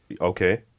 Okay